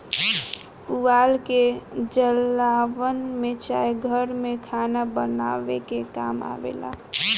पुआल के जलावन में चाहे घर में खाना बनावे के काम आवेला